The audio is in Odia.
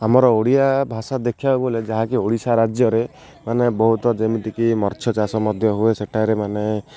ଆମର ଓଡ଼ିଆ ଭାଷା ଦେଖିବାକୁ ଗଲେ ଯାହାକି ଓଡ଼ିଶା ରାଜ୍ୟରେ ମାନେ ବହୁତ ଯେମିତିକି ମାଛ ଚାଷ ମଧ୍ୟ ହୁଏ ସେଠାରେ ମାନେ